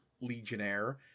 legionnaire